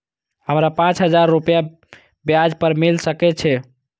हमरा पाँच हजार रुपया ब्याज पर मिल सके छे?